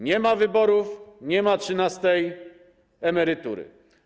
Nie ma wyborów, nie ma trzynastej emerytury.